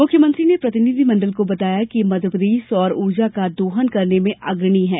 मुख्यमंत्री ने प्रतिनिधि मंडल को बताया कि मध्यप्रदेश सौर ऊर्जा का दोहन करने में अग्रणी है